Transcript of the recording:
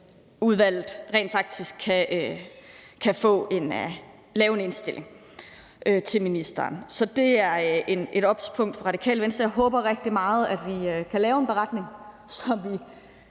rent faktisk kan lave en indstilling til ministeren. Så det er et obspunkt for Radikale Venstre. Jeg håber rigtig meget, at vi kan lave en beretning, så vi